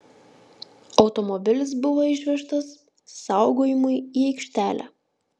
automobilis buvo išvežtas saugojimui į aikštelę